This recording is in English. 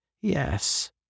Yes